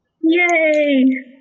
Yay